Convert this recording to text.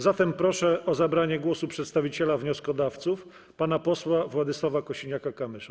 Zatem proszę o zabranie głosu przedstawiciela wnioskodawców pana posła Władysława Kosiniaka-Kamysza.